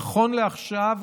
נכון לעכשיו,